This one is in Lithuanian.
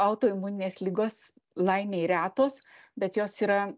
autoimuninės ligos laimei retos bet jos yra